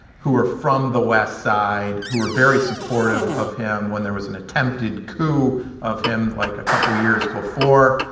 who were from the west side who were very supportive of him when there was an attempted coup of him like a couple years before,